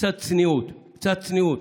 קצת צניעות, קצת צניעות.